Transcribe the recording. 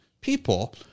people